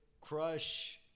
crush